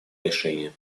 решения